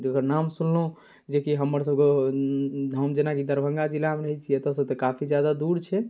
जकर नाम सुनलहुँ जेकि हमरसभके हम जेनाकि दरभङ्गा जिलामे रहै छी एतऽसँ तऽ काफी जादा दूर छै